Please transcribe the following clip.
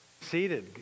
Seated